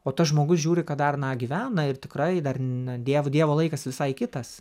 o tas žmogus žiūri kad dar na gyvena ir tikrai dar na dievu dievo laikas visai kitas